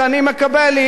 שאני מקבל,